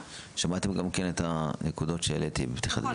נכון.